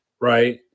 right